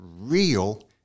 real